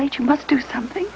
late you must do something